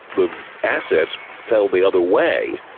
the assets, fell the other way.